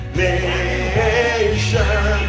nation